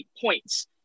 points